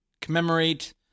commemorate